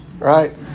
right